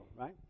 right